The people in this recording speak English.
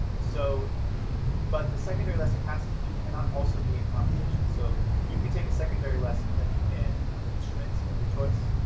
so but the secondary lesson has to be cannot also be in composition. so you could take a secondary lesson in an instrument of your choice,